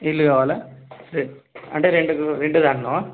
ఇల్లు కావాలా అదే అంటే రెంట్ రెంట్ అంటున్నావా